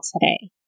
today